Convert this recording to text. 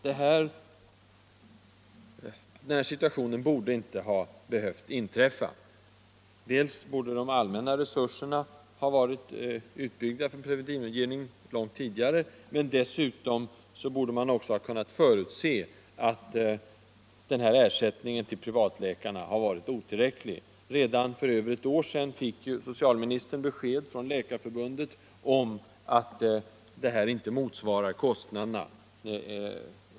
Den här situationen borde inte ha behövt uppstå. Dels borde de allmänna resurserna ha varit utbyggda för preventivådgivning långt tidigare, dels borde man ha kunnat förutse att denna ersättning till privatläkarna skulle vara otillräcklig. Redan för över ett år sedan fick ju socialministern besked från Läkarförbundet om att ersättningen inte motsvarar kostnaderna.